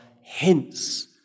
hints